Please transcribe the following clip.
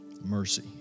mercy